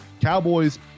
cowboys